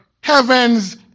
heaven's